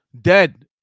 dead